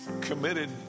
Committed